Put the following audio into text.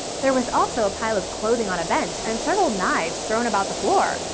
there was also a pile of clothing on a bench and several knives strewn about the floor.